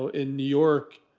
ah in new york,